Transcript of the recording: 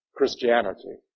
Christianity